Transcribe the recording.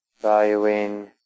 valuing